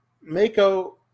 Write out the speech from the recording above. Mako